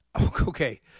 Okay